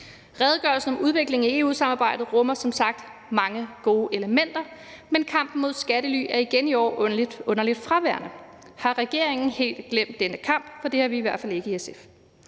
Redegørelsen om udviklingen af EU-samarbejdet rummer som sagt mange gode elementer, men kampen mod skattely er igen i år underlig fraværende. Har regeringen helt glemt denne kamp? For det har vi i hvert fald ikke i SF.